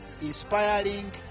inspiring